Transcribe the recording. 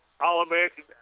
All-American